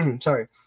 sorry